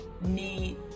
need